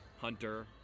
Hunter